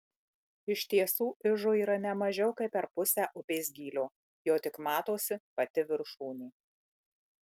iš tiesų ižo yra ne mažiau kaip per pusę upės gylio jo tik matosi pati viršūnė